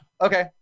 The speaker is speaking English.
Okay